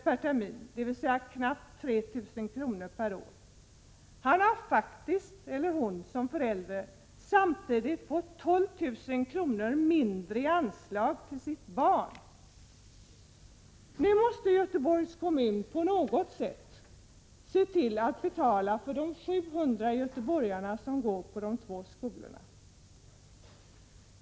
per termin, dvs. knappt 3 000 kr. per år, har fått 12 000 kr. mindre i anslag till sitt barn. Nu måste Göteborgs kommun på något sätt se till att betala för de 700 göteborgare som går på dessa två skolor.